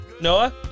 Noah